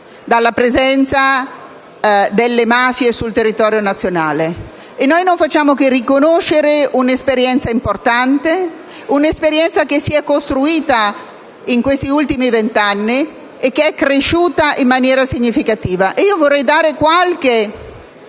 la presenza delle mafie sul territorio nazionale. Noi non facciamo che riconoscere un'esperienza importante, che si è costruita negli ultimi venti anni e che è cresciuta in maniera significativa. Vorrei dare qualche